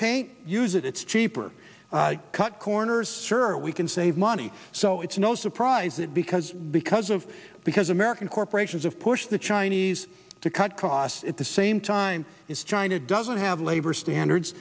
paint use it it's cheaper cut corners sir we can save money so it's no surprise that because because of because american corporations of push the chinese to cut costs at the same time it's china doesn't have labor standards